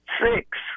Six